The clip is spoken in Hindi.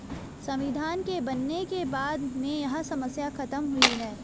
संविधान के बनने के बाद में यह समस्या खत्म हुई है